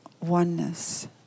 oneness